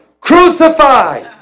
crucify